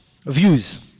views